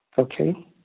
Okay